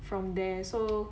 from there so